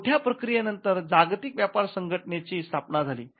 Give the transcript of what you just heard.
खूप मोठ्या प्रक्रियेनंतर जागतिक व्यापार संघटनेची स्थापना झाली